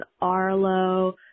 Arlo